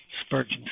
Spurgeon